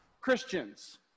Christians